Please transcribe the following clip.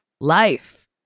life